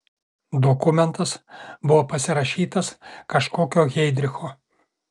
dokumentas buvo pasirašytas kažkokio heidricho